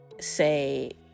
say